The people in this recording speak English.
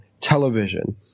television